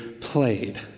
played